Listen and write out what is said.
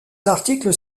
articles